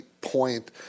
point